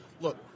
Look